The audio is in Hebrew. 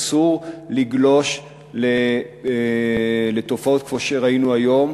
אסור לגלוש לתופעות כמו שראינו היום.